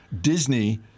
Disney